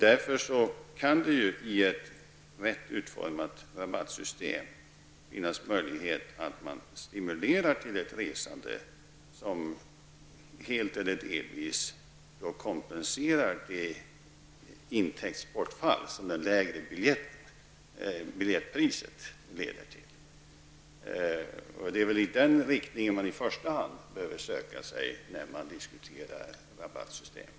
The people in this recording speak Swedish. Därför bör det i ett rätt utformat rabattsystem finnas möjlighet till stimulanser av ett resande som helt eller delvis kompenserar det intäktsbortfall som det lägre biljettpriset leder till. Det är väl i den riktningen som man i första hand behöver söka sig när man diskuterar rabattsystemet.